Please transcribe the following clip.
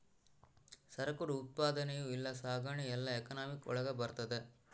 ಸರಕು ಉತ್ಪಾದನೆ ಇಲ್ಲ ಸಾಗಣೆ ಎಲ್ಲ ಎಕನಾಮಿಕ್ ಒಳಗ ಬರ್ತದೆ